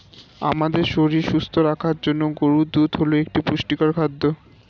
আমাদের শরীর সুস্থ রাখার জন্য গরুর দুধ হল একটি পুষ্টিকর খাদ্য